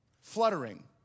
fluttering